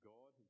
God